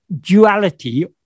duality